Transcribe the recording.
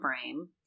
frame